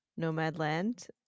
nomadland